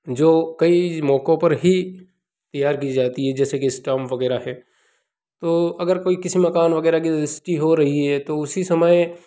जो कई मौकों पर ही तैयार की जाती हैं जैसे कि स्टाम्प वगैरह है तो अगर कोई किसी मकान वगैरह की रजिस्टरी हो रही है तो उसी समय